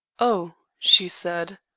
oh, she said.